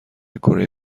کره